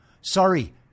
Sorry